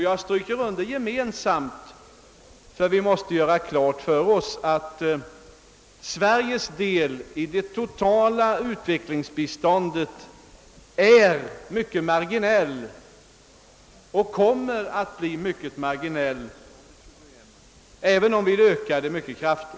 Jag stryker under gemensamt: vi måste nämligen göra klart för oss att Sveriges del i det totala utvecklingsbiståndet är mycket marginell och kommer att bli mycket marginell, även om vi ökar vårt bistånd mycket kraftigt.